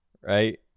right